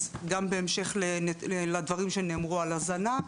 אז גם בהמשך לדברים שנאמרו על הזנה,